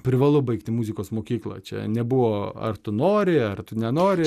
privalu baigti muzikos mokyklą čia nebuvo ar tu nori ar tu nenori